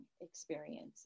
experience